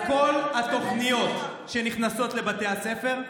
שאחראי לכל התוכניות שנכנסות לבתי הספר,